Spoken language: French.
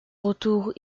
retour